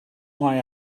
why